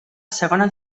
segona